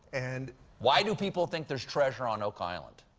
and why do people think there's treasure on oak island.